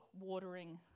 watering